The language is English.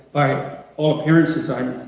by all appearances, i'm